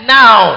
now